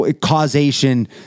causation